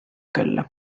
külla